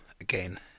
again